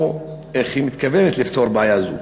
או איך היא מתכוונת לפתור בעיה זו.